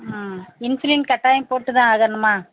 ஆ insulin கட்டாயம் போட்டுத்தான் ஆகணுமா